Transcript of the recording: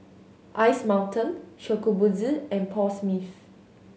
Ice Mountain Shokubutsu and Paul Smith